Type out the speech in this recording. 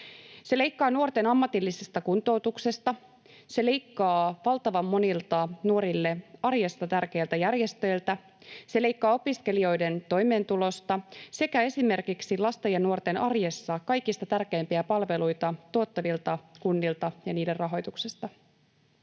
Se leikkaa nuorten ammatillisesta kuntoutuksesta. Se leikkaa valtavan monilta nuorille arjessa tärkeiltä järjestöiltä. Se leikkaa opiskelijoiden toimeentulosta sekä esimerkiksi lasten ja nuorten arjessa kaikista tärkeimpiä palveluita tuottavilta kunnilta ja niiden rahoituksesta.